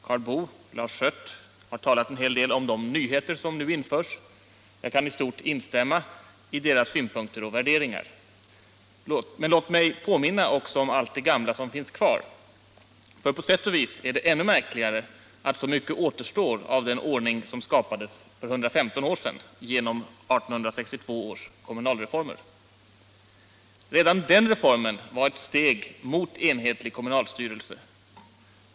Karl Boo och Lars Schött har talat en del om de nyheter som nu införs; jag kan i stort sett instämma i deras synpunkter och värderingar. Men låt mig påminna också om allt det gamla som finns kvar, för det är på sätt och vis ännu märkligare att så mycket återstår av den ordning som skapades för 115 år sedan genom 1862 års kommunalreformer. Redan den reformen var ett steg mot enhetlig kommunalstyrelse.